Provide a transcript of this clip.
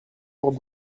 porte